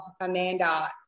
Amanda